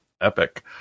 Epic